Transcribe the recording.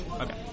Okay